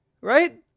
Right